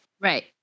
right